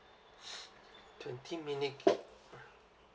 twenty minute gig